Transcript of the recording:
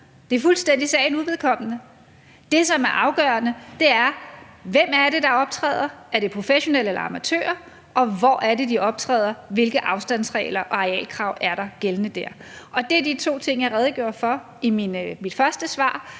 sagen fuldstændig uvedkommende. Det, som er afgørende, er: Hvem er det, der optræder, er det professionelle eller amatører, og hvor er det, de optræder – hvilke afstandsregler og arealkrav er gældende der? Det er de to ting, jeg redegjorde for i mit første svar.